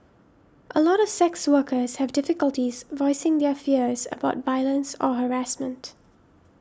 a lot of sex workers have difficulties voicing their fears about violence or harassment